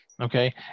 okay